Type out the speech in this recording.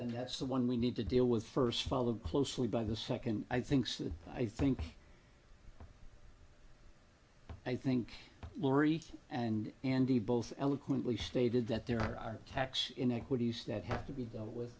that's the one we need to deal with first followed closely by the second i thinks that i think i think lori and andy both eloquently stated that there are tax inequities that have to be dealt with